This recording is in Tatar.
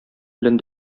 белән